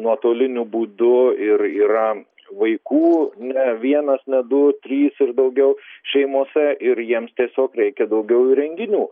nuotoliniu būdu ir yra vaikų ne vienas ne du trys ir daugiau šeimose ir jiems tiesiog reikia daugiau įrenginių